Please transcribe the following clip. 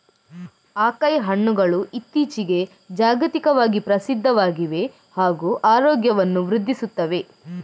acai ಹಣ್ಣುಗಳು ಇತ್ತೀಚಿಗೆ ಜಾಗತಿಕವಾಗಿ ಪ್ರಸಿದ್ಧವಾಗಿವೆ ಹಾಗೂ ಆರೋಗ್ಯವನ್ನು ವೃದ್ಧಿಸುತ್ತವೆ